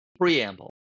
preamble